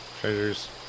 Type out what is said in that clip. treasures